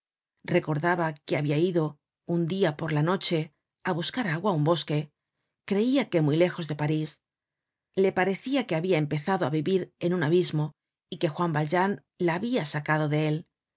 recordaba que habia ido un dia por la noche á buscar agua á un bosque creia que muy lejos de parís le parecia que habia empezado á vivir en un abismo y que juan valjean la habia sacado de él